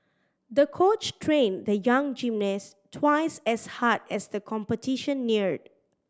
the coach trained the young gymnast twice as hard as the competition neared